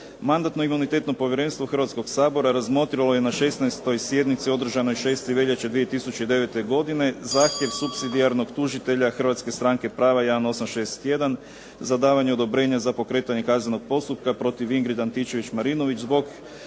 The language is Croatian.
Mandatno-imunitetno povjerenstvo Hrvatskog sabora razmotrilo je na 16. sjednici održanoj 6. veljače 2009. godine zahtjev supsidijarnog tužitelja Hrvatske stranke prava 1861 za davanje odobrenja za pokretanje kaznenog postupka protiv Ingrid Antičević-Marinović zbog